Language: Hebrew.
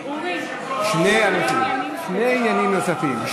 יש שני עניינים נוספים.